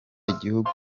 igihugu